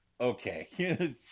okay